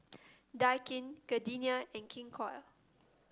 Daikin Gardenia and King Koil